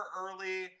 early